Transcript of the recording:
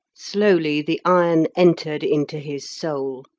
slowly the iron entered into his soul.